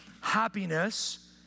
happiness